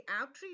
outreach